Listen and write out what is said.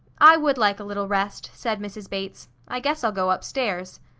i would like a little rest, said mrs. bates. i guess i'll go upstairs.